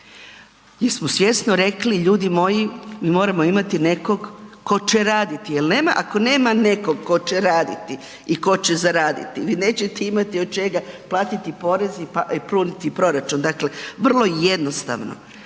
Jesmo svjesno rekli, ljudi moji, mi moramo imati nekog tko će raditi jer nema, ako nema nekog tko će raditi i tko će zaraditi, vi nećete imati od čega platiti porez i puniti proračun. Dakle vrlo jednostavno.